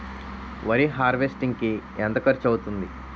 వరి హార్వెస్టింగ్ కి ఎంత ఖర్చు అవుతుంది?